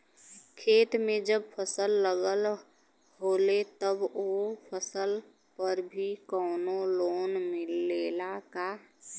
खेत में जब फसल लगल होले तब ओ फसल पर भी कौनो लोन मिलेला का?